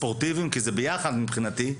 ספורטיביים כי זה ביחד מבחינתי,